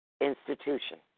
institution